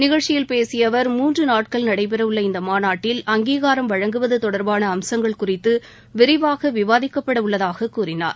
நிகழ்ச்சியில் பேசிய அவர் மூன்று நாட்கள் நடைபெறவுள்ள இந்த மாநாட்டில் அங்கீகாரம் வழங்குவது தொடர்பான அம்சங்கள் குறித்து விரிவாக விவாதிக்கப்பட உள்ளதாகக் கூறினார்